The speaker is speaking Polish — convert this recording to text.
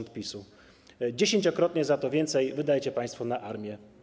Dziesięciokrotnie za to więcej wydajecie państwo na armię.